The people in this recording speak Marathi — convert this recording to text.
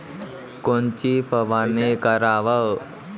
कोनची फवारणी कराव?